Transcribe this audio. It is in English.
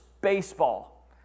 baseball